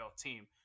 team